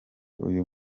uyu